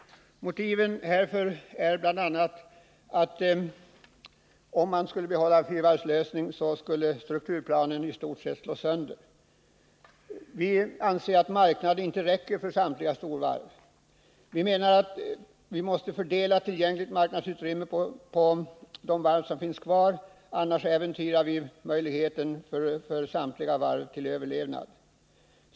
Motiven härför är bl.a. att strukturplanen i stort sett slås sönder, om man väljer fyravarvslösningen. Enligt vår åsikt räcker inte marknaden för samtliga storvarv, utan tillgängligt marknadsutrymme måste fördelas på de varv som finns kvar. Annars äventyrar vi för samtliga varv möjligheterna till överlevnad.